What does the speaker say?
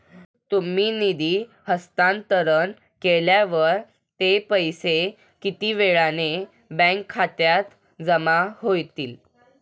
तुम्ही निधी हस्तांतरण केल्यावर ते पैसे किती वेळाने बँक खात्यात जमा होतील?